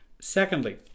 Secondly